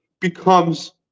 becomes